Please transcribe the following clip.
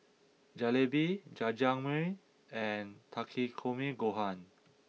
Jalebi Jajangmyeon and Takikomi gohan